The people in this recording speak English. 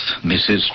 Mrs